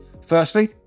Firstly